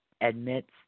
admits